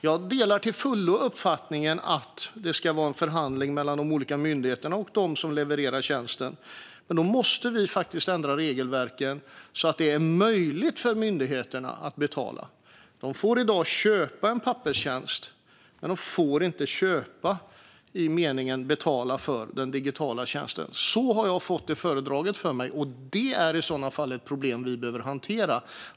Jag delar till fullo uppfattningen att det ska vara en förhandling mellan de olika myndigheterna och de som levererar tjänsten, men då måste vi faktiskt ändra regelverken så att det är möjligt för myndigheterna att betala. De får i dag köpa en papperstjänst, men de får inte köpa i meningen betala för den digitala tjänsten, som jag har fått det föredraget för mig. Det är i sådana fall ett problem som vi behöver hantera.